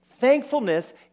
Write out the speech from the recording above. Thankfulness